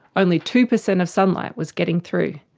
only two percent of sunlight was getting through.